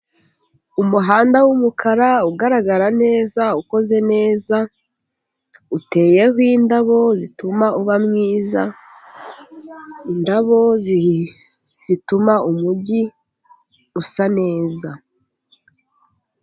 Umuhanda w'umukara ugaragara neza, ukoze neza uteyeho indabo zituma uba mwiza, indabo zituma umujyi usa neza.